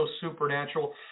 supernatural